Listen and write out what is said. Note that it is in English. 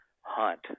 hunt